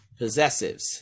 possessives